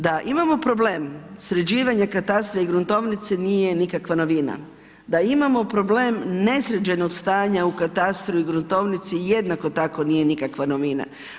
Da imamo problem sređivanja katastra i gruntovnice nije nikakva novina, da imamo problem nesređenog stanja u katastru i gruntovnici jednako tako nije nikakva novina.